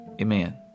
Amen